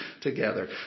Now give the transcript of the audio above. together